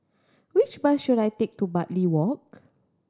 which bus should I take to Bartley Walk